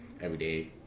everyday